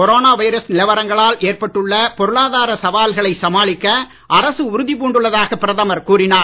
corona virus நிலவரங்களால் ஏற்பட்டுள்ள பொருளாதார சவால்களை சமாளிக்க அரசு உறுதி பூண்டுள்ளதாக பிரதமர் கூறினார்